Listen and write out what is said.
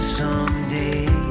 someday